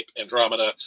andromeda